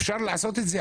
אפשר לעשות את זה,